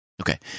Okay